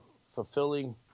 fulfilling